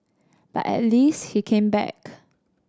but at least he came back